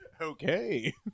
Okay